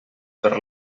per